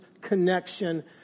connection